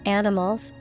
animals